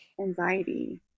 anxiety